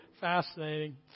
fascinating